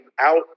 out